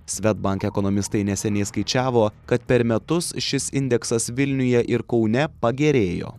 svedbank ekonomistai neseniai skaičiavo kad per metus šis indeksas vilniuje ir kaune pagerėjo